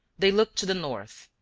they looked to the north,